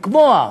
לקבוע: